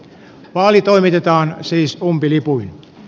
vaali toimitetaan siis umpilipuin